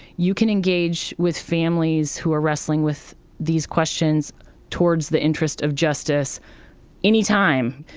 you can engage with families who are wrestling with these questions towards the interest of justice any time.